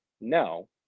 No